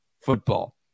football